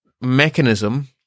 mechanism